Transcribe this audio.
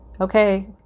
Okay